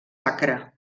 acre